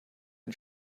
ein